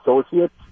associates